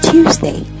Tuesday